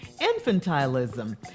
infantilism